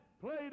played